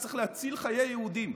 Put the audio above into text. כשצריך להציל חיי יהודים?